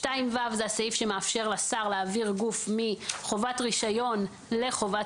סעיף 2(ו) הוא הסעיף שמאפשר לשר להעביר גוף מחובת רישיון לחובת